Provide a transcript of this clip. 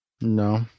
No